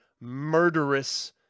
murderous